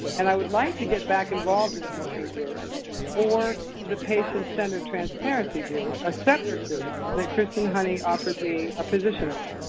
and i would like to get back involved in the working group or the patient-centered transparency group, a separate group that kristen honey offered me a position on.